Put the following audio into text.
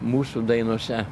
mūsų dainose